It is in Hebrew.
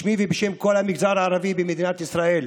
בשמי ובשם כל המגזר הערבי במדינת ישראל,